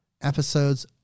episodes